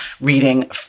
reading